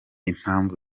impamvu